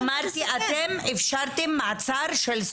שאלתי: אפשרו מעצר?